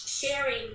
sharing